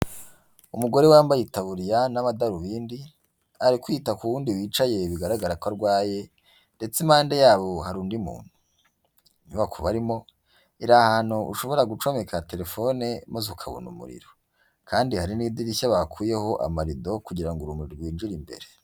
Umugore wambaye itaburiya n'amadarubindi ari kwita ku wundi wicaye bigaragara ko arwaye ndetse impande yabo hari undi muntu, inyubako barimo iri ahantu ushobora gucomeka telefone maze ukabona umuriro kandi hari n'idirishya bakuyeho amarido kugira ngo urumuri rwinjire imbere.